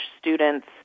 students